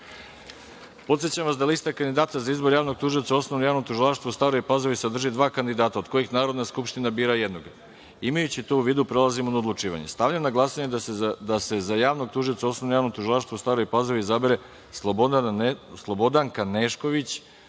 Lepotića. Podsećam vas da lista kandidata za izbor javnog tužioca u Osnovnom javnom tužilaštvu u Staroj Pazovi sadrži dva kandidata, od kojih Narodna skupština bira jednog. Imajući to u vidu, prelazimo na odlučivanje. Stavljam na glasanje predlog da se za javnog tužioca u Osnovnom javnom tužilaštvu u Staroj Pazovi izabere Slobodanka Nešković